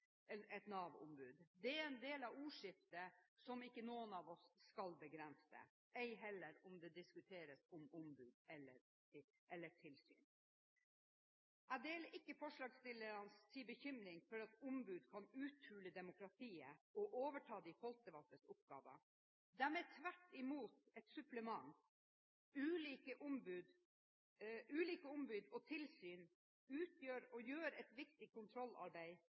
Det er en del av ordskiftet som ikke noen av oss skal begrense, ei heller om ombud eller tilsyn skal diskuteres. Jeg deler ikke forslagsstillernes bekymring for at ombud kan uthule demokratiet og overta de folkevalgtes oppgaver. De er tvert imot et supplement. Ulike ombud og tilsyn utgjør, og gjør, et viktig kontrollarbeid